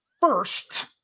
first